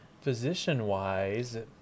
physician-wise